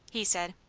he said.